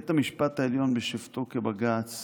בית המשפט העליון בשבתו כבג"ץ